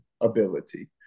ability